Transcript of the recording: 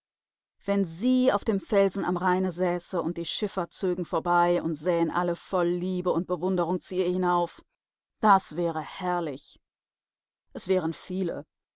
wenn sie auf dem felsen am rheine säße und die schiffer zögen vorbei und sähen alle voll liebe und bewunderung zu ihr hinauf das wäre herrlich es wären viele